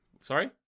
Sorry